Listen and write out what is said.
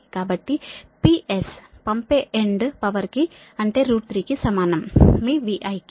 కాబట్టి PS పంపే end power కి అంటే3 కి సమానం మీ VI కి